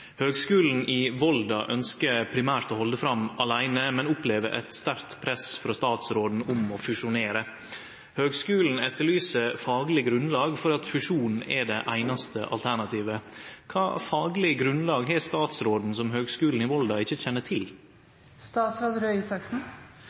Høgskulen i Volda ynskjer primært å halde fram åleine, men opplever eit sterkt press frå statråden om å fusjonere. Høgskulen etterlyser fagleg grunnlag for at fusjonen er det einaste alternativet. Kva fagleg grunnlag har statsråden som Høgskulen i Volda ikkje kjenner til?»